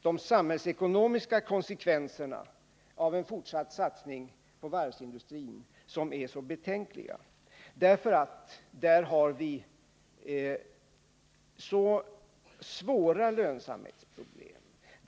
De samhällsekonomiska konsekvenserna av en fortsatt satsning på varvsindustrin är nämligen mycket betänkliga, därför att där är lönsamhetsproblemen så svåra.